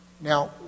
Now